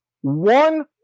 one